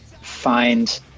find